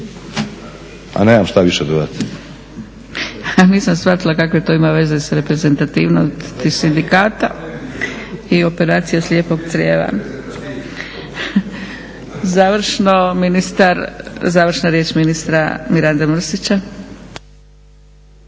**Zgrebec, Dragica (SDP)** Nisam shvatila kakve to ima veze s reprezentativnosti sindikata i operacija slijepog crijeva. Završna riječ ministra Miranda Mrsića.